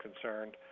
concerned